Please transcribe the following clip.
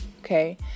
Okay